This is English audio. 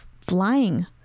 flying